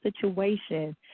situation